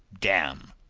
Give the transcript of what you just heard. damme!